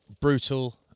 Brutal